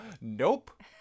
Nope